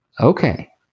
okay